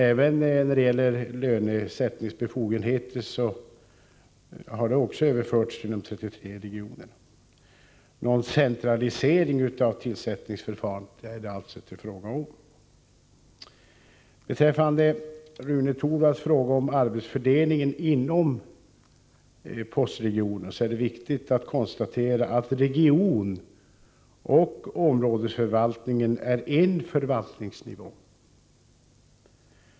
Även lönesättningsbefogenheterna har överförts till de 33 regionerna. Någon centralisering av tillsättningsförfarandet är det alltså inte fråga om. Beträffande Rune Torwalds fråga om arbetsfördelningen inom postregionerna är det viktigt att konstatera att regionoch områdesförvaltningen är en förvaltningsnivå.